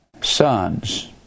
sons